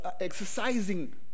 exercising